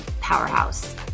powerhouse